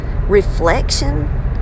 reflection